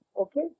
Okay